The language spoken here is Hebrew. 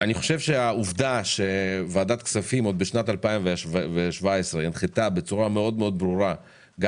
אני חושב שהעובדה שוועדת כספים עוד בשנת 2017 הנחתה בצורה מאוד ברורה גם